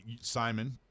Simon